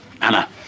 Anna